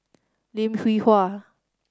Lim Hwee Hua